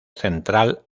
central